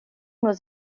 was